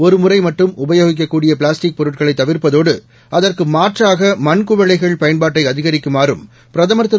ஒருமுறை மட்டும் உபயோகிக்கக்கூடிய பிளாஸ்டிக் பொருட்களை தவிர்ப்பதோடு அதற்கு மாற்றாக மண்குவளைகள் பயன்பாட்டை அதிகரிக்குமாறும் பிரதமர் திரு